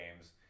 games